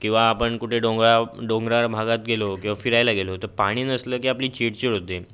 किंवा आपण कुठे डोंगरा डोंगराळ भागात गेलो किंवा फिरायला गेलो तर पाणी नसलं की आपली चिडचिड होते